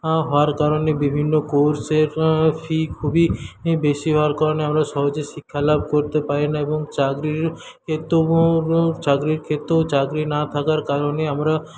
হওয়ার কারনে বিভিন্ন কোর্সের ফী খুবই বেশি হওয়ার কারণে আমরা সহজে শিক্ষা লাভ করতে পারিনা এবং চাকরির ক্ষেত্রেও চাকরির ক্ষেত্রেও চাকরি না থাকার কারণে আমরা